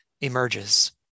Emerges